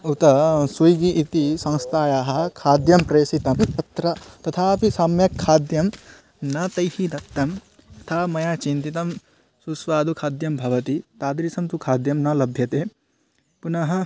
उत सुयिगि इति संस्थायाः खाद्यं प्रेषितं तत्र तथापि सम्यक् खाद्यं न तैः दत्तं यथा मया चिन्तितं सुस्वादुः खाद्यं भवति तादृशं तु खाद्यं न लभ्यते पुनः